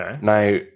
Now